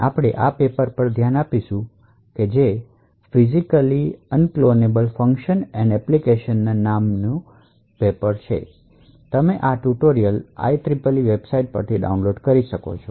આપણે આ પેપર પર ધ્યાન આપીશું અથવા આપણે "Physically Unclonable Functions and Applications નામના આ પેપર પર ચર્ચા કરીશું તમે આ ટ્યુટોરિયલ આ IEEE વેબસાઇટ પરથી ડાઉનલોડ કરી શકો છો